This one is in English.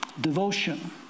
devotion